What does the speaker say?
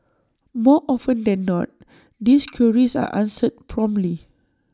more often than not these queries are answered promptly